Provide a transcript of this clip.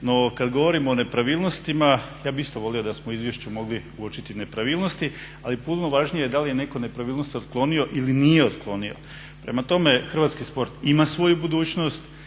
No, kad govorimo o nepravilnostima ja bi isto volio da smo u izvješću mogli uočiti nepravilnosti, ali puno važnije je da li je netko nepravilnost otklonio ili nije otklonio. Prema tome, hrvatski sport ima svoju budućnost,